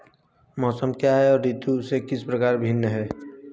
मौसम क्या है यह ऋतु से किस प्रकार भिन्न है?